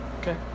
Okay